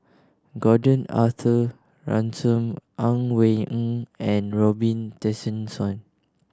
Gordon Arthur Ransome Ang Wei Neng and Robin Tessensohn